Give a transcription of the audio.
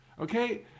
Okay